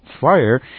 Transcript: fire